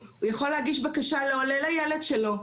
הוא יכול להגיש בקשה לעולה לילד שלו,